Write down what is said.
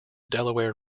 delaware